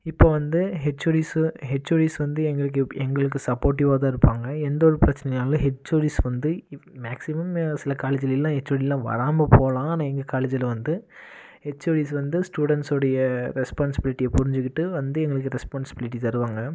இப்போ வந்து HODs HODs வந்து எங்களுக்கு எங்களுக்கு சப்போர்டிவாக தான் இருப்பாங்கள் எந்த ஒரு பிரச்சினையானாலும் ஹச்ஓடிஸ் வந்து இப்போ மேக்ஸிமம் சில காலேஜிலெல்லாம் ஹச்ஓடிலாம் வராமல் போகலாம் ஆனால் எங்கள் காலேஜில் வந்து ஹச்ஓடிஸ் வந்து ஸ்டூடெண்ட்ஸுவோடய ரெஸ்பான்சிபிலிட்டியை புரிஞ்சுகிட்டு வந்து எங்களுக்கு ரெஸ்பான்சிபிலிட்டி தருவாங்கள்